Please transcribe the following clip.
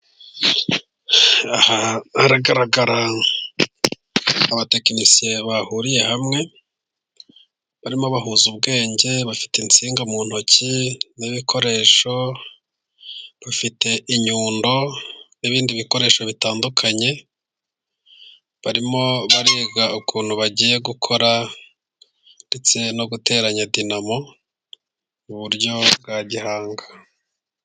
Aha hagaragara abatekinisiye bahuriye hamwe, barimo bahuza ubwenge bafite insinga mu ntoki n'ibikoresho, bafite inyundo n'ibindi bikoresho bitandukanye, barimo bariga ukuntu bagiye gukora ndetse no guteranya dinamo mu buryo bwa gihanga.